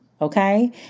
Okay